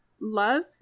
love